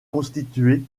constitué